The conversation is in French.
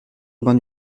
aubin